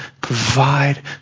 provide